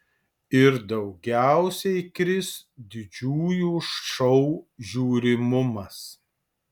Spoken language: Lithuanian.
ir daugiausiai kris didžiųjų šou žiūrimumas